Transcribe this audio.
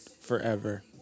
forever